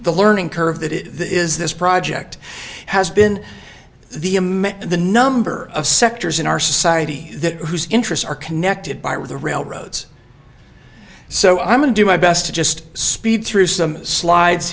the learning curve that it is this project has been the amend the number of sectors in our society that whose interests are connected by with the railroads so i'm going do my best to just speed through some slides